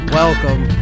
welcome